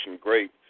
great